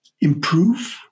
improve